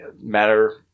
matter